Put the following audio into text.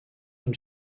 von